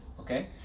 okay